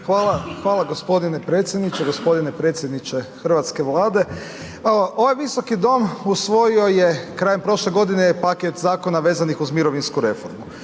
Hvala gospodine predsjedniče, gospodine predsjedniče hrvatske Vlade. Ovaj Visoki dom usvojio je krajem prošle godine paket zakona vezanih uz mirovinsku reformu.